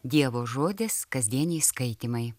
dievo žodis kasdieniai skaitymai